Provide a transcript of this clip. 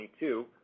2022